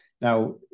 Now